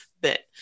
bit